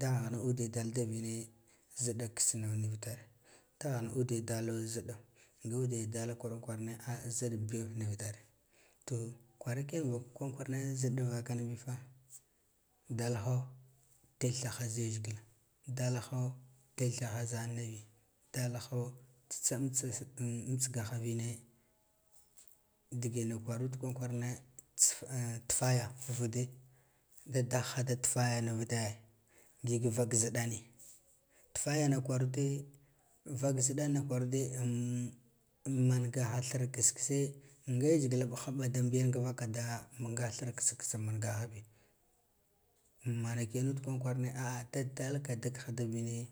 Daghan ude dalda vine zida kissno nuvi tar daghan uba dalo kwaran kwarane ah ziɗ bigo nuvitar to kwara kiyan vak kwaran kwarane ziɗa vakana bifa dalho da thaha ziyazgilo ɗalho tithaha za annabi dalhi tsitsa amitsigaho anm amitsiga han vine digena kwarud kwaran kwarana tss tifaya nuda ngig vak jidane tufiyana kwarude vak zidanna kwarude mungaha thir kiss kisse nga yazgila mɓahaɓa dam biyanka vaka da nga thir kiss kiss manahabi manaki yan mud kwaran kwarane da dalka dik ha da vine